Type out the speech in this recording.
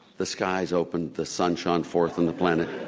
the sky is opened, the sun shone forth on the planet,